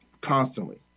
constantly